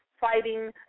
fighting